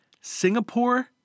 Singapore